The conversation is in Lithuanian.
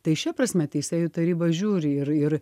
tai šia prasme teisėjų taryba žiūri ir ir